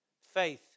Faith